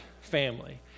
family